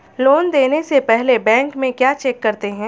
Loan देने से पहले बैंक में क्या चेक करते हैं?